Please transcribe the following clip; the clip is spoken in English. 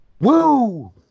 Woo